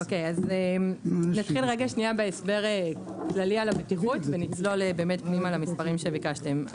נתחיל בהסבר כללי על הבטיחות ונצלול פנימה למספרים שביקשתם.